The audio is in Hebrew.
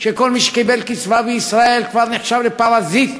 שכל מי שקיבל קצבה בישראל כבר נחשב לפרזיט.